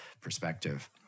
perspective